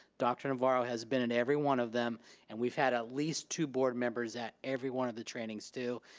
dr. navarro has been at every one of them and we've had at ah least two board members at every one of the trainings too,